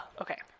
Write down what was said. Okay